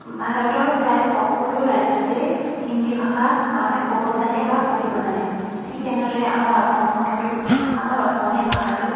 ভাৰতৰ প্ৰায় সকলো ৰাজ্যতেই হিন্দী ভাষা মানুহে ক'ব জানে বা পঢ়িব জানে ঠিক তেনেদৰে আমাৰ অসমখনতো আমাৰ অসমীয়া ভাষাটো